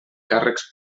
càrrecs